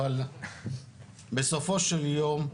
אבל בסופו של יום,